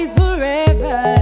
forever